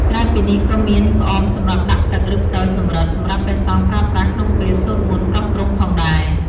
ក្រៅពីនេះក៏មាន ក្អមសម្រាប់ដាក់ទឹក ឬផ្ដិលសំរឹទ្ធ សម្រាប់ព្រះសង្ឃប្រើប្រាស់ក្នុងពេលសូត្រមន្តប្រោះព្រំផងដែរ។